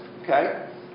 Okay